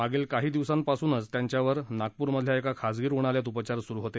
मागील काही दिवसांपासूनन त्यांच्यावर नागपूरमधल्या एका खासगी रुग्णालयात उपचार सुरु होते